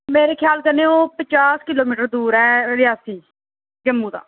मेरे ख्याल कन्नै ओह् पचास किलो मीटर दूर ऐ रियासी जम्मू दा